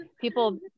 People